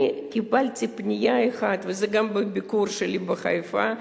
אני קיבלתי פנייה אחת, וזה גם בביקור שלי בחיפה,